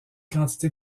quantité